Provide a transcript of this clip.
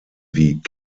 wie